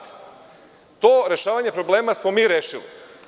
To rešavanje problema smo mi rešili.